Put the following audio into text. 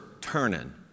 turning